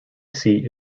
seat